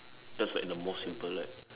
that's like the most simple like